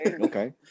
Okay